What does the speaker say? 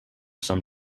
some